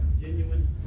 genuine